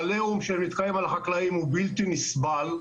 העליהום שהם נתקעים על החקלאים הוא בלתי נסבל.